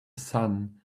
son